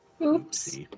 Oops